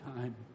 time